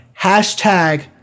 Hashtag